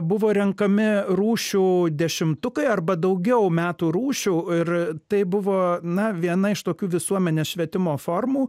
buvo renkami rūšių dešimtukai arba daugiau metų rūšių ir tai buvo na viena iš tokių visuomenės švietimo formų